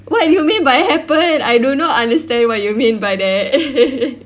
what do you mean by happened I do not understand what you mean by that